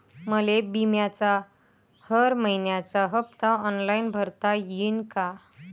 मले बिम्याचा हर मइन्याचा हप्ता ऑनलाईन भरता यीन का?